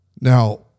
now